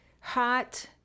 hot